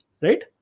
right